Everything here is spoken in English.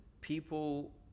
People